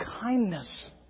kindness